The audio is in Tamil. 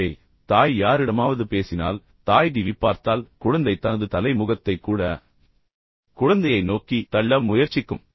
எனவே தாய் யாரிடமாவது பேசினால் தாய் டிவி பார்த்தால் குழந்தை தனது தலை முகத்தை கூட குழந்தையை நோக்கி தள்ள முயற்சிக்கும்